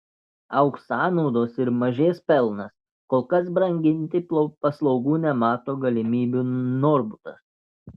augs sąnaudos ir mažės pelnas kol kas branginti paslaugų nemato galimybių norbutas